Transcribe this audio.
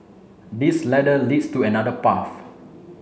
this ladder leads to another path